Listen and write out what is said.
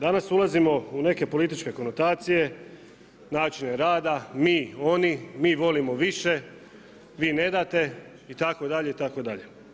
Danas ulazimo u neke političke konotacije, načine rada, mi, oni, mi volimo više, vi ne date itd., itd.